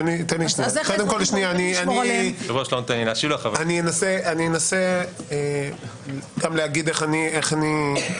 אני אנסה גם להגיד איך אני,